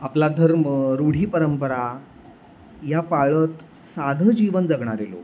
आपला धर्म रूढी परंपरा ह्या पाळत साधं जीवन जगणारे लोक